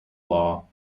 law